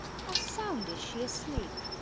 how sound is she asleep!